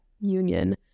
union